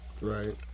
right